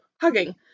hugging